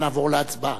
חבר הכנסת נסים זאב.